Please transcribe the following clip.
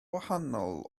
wahanol